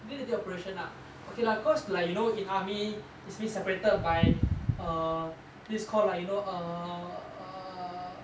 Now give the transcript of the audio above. day to day operation ah okay lah cause like you know in army is being separated by err this called like you know err